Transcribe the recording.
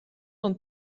dan